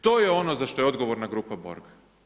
To je ono za što je odgovorna grupa Borg.